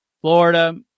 Florida